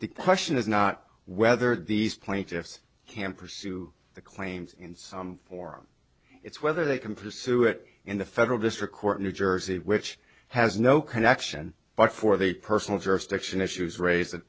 the question is not whether these plaintiffs can pursue the claims in some form it's whether they can pursue it in the federal district court in new jersey which has no connection but for the personal jurisdiction issues raised th